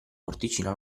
porticina